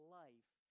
life